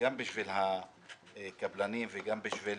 וגם בשביל הקבלנים וגם בשביל